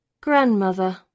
Grandmother